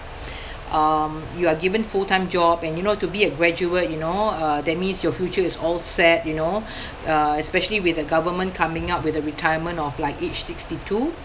um you are given full-time job and you know to be a graduate you know uh that means your future is all set you know uh especially with the government coming up with the retirement of like each sixty two